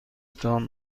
تان